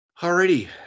Alrighty